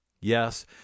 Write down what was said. yes